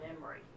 memory